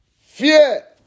Fear